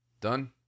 Done